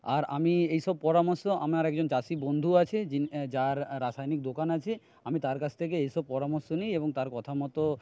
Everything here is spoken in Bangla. আর আমি এইসব পরামর্শ আমার একজন চাষি বন্ধু আছে যিনি যার রাসায়নিক দোকান আছে আমি তার কাছ থেকে এসব পরামর্শ নিই এবং তার কথা মতো